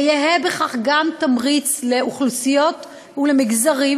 ויהא בכך גם תמריץ לאוכלוסיות ולמגזרים